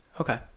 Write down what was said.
Okay